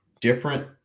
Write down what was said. different